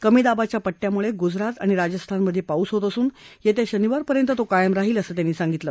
कमी दाबाच्या पट्ट्यामुळगुजरात आणि राजस्थानमधप्रिक्रस होत असून यस्त्री शनिवारपर्यंत तो कायम राहील असं त्यांनी सांगितलं